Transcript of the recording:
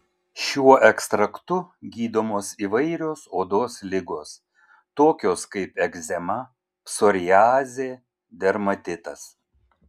šiuo ekstraktu gydomos įvairios odos ligos tokios kaip egzema psoriazė dermatitas